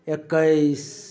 एकैस